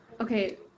Okay